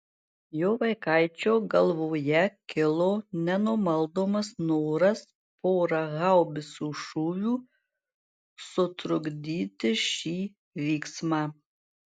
jo vaikaičio galvoje kilo nenumaldomas noras pora haubicų šūvių sutrukdyti šį vyksmą